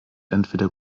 entweder